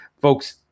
folks